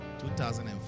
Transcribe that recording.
2005